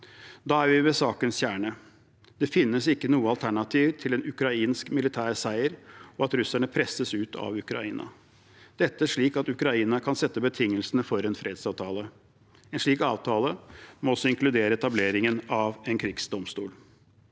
Da er vi ved sakens kjerne: Det finnes ikke noe alternativ til en ukrainsk militær seier og at russerne presses ut av Ukraina, slik at Ukraina kan sette betingelsene for en fredsavtale. En slik avtale må også inkludere etableringen av en krigsdomstol.